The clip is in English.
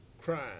crime